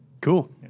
Cool